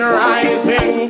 rising